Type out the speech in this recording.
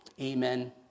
Amen